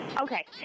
Okay